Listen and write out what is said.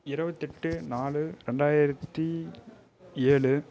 இருபத்தெட்டு நாலு ரெண்டாயிரத்தி ஏழு